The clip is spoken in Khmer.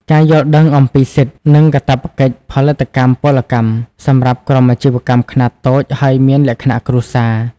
ការយល់ដឹងអំពីសិទ្ធិ និងកាតព្វកិច្ចផលិតកម្មពលកម្ម សម្រាប់ក្រុមអាជីវកម្មខ្នាតតូចហើយមានលក្ខណៈគ្រួសារ។